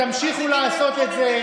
ותמשיכו לעשות את זה.